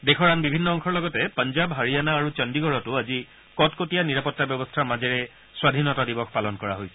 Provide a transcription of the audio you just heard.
দেশৰ আন বিভিন্ন অংশৰ লগতে পাঞ্জাব হাৰিয়ানা আৰু চণ্ডীগড়তো আজি কটকটীয়া নিৰাপত্তা ব্যৱস্থাৰ মাজেৰে স্বাধীনতা দিৱস পালন কৰা হৈছে